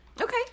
Okay